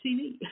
TV